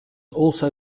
also